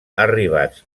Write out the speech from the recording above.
arribats